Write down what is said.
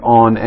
on